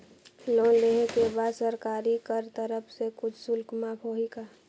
Loan लेहे के बाद सरकार कर तरफ से कुछ शुल्क माफ होही का?